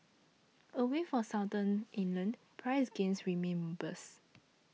away from Southern England price gains remain robust